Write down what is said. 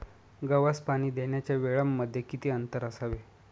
गव्हास पाणी देण्याच्या वेळांमध्ये किती अंतर असावे?